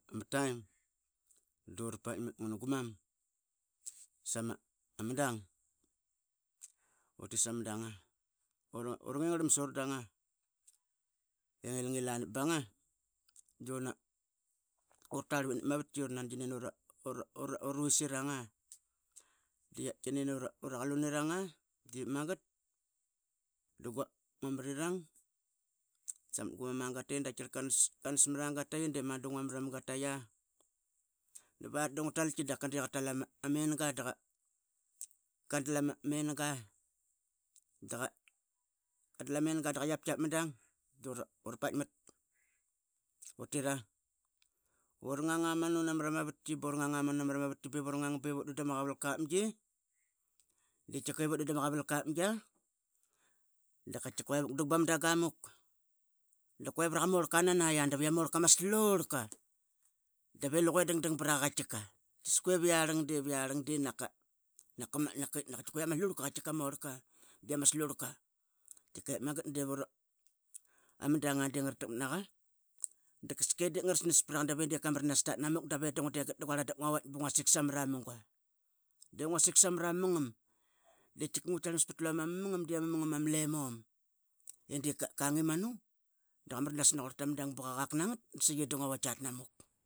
Ama tain dura paitneat ngun gumau sa ama dang. Utit Sama daug. ura ngingarim sora dang, i ngilngila napduna utarlvit nap ma vatki. Uranan qinin ura visitanga dia qinin ura qalumrung dep mangat dunga marirang samat gumam angataqi. Da qatkiaqarl qanws mara gatapi dungua mra magataqi dungua talqidapka de qtal amenga dqa dal ama amenga dqa yiaptkiap ama dang dura patimat. Utira ur ngang amanu namara ma vatki do rngang amanu namara mavatki. Biu ura angang biu u dan dama kavalka apngi deqatki vutdan dama qavalka apgia qatkiqua vuk dang pama dang amuk daqua vra ma orlka nania yia. Dave ama orlka ama slurka dave lunge dngdang braqa qaiqias que viarlang de viarlang de naka dia ama slurka. Dep mangat dama dauya denga gratakmat naqa dakske dep qrasnas praqa davep qarmaranas aratamat dave dangna sik samara ma munga de qaitka nguitkiar. Loma mamungam divama mungam ama lemom i de qang i manu dqa manas naquarta ma dang bqa qak nangat da sai ee nga vait aratnamuk.